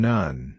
None